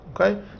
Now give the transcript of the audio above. Okay